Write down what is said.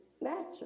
natural